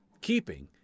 keeping